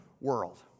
world